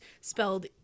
spelled